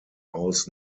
aus